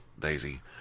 Daisy